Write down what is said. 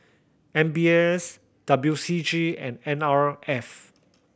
M B S W C G and N R F